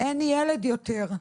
אין ילד יותר,